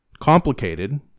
complicated